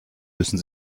müssen